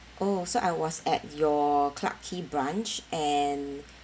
oh so I was at your clarke quay branch and